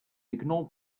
ignore